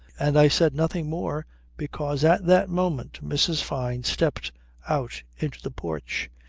and i said nothing more because at that moment mrs. fyne stepped out into the porch.